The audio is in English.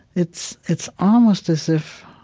it's it's almost as if